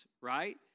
right